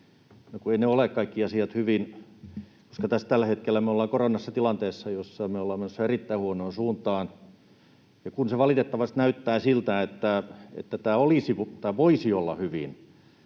eivät ne kaikki asiat ole hyvin, koska tällä hetkellä me ollaan koronassa tilanteessa, jossa me ollaan menossa erittäin huonoon suuntaan, ja kun se valitettavasti näyttää siltä, että tämä voisi olla hyvin,